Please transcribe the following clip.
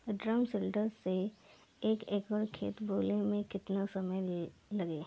Drum seeder से एक एकड़ खेत बोयले मै कितना समय लागी?